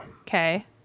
Okay